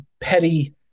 petty –